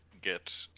get